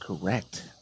correct